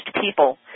people